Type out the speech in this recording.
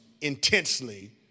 intensely